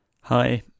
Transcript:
Hi